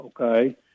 Okay